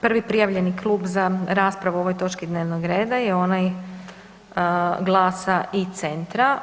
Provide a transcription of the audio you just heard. Prvi prijavljeni klub za raspravu o ovoj točki dnevnog reda je onaj GLAS-a i Centra.